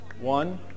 One